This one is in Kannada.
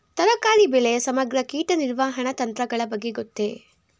ತರಕಾರಿ ಬೆಳೆಯ ಸಮಗ್ರ ಕೀಟ ನಿರ್ವಹಣಾ ತಂತ್ರಗಳ ಬಗ್ಗೆ ಗೊತ್ತೇ?